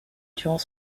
durant